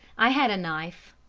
i had a knife.